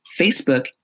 Facebook